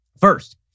First